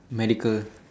medical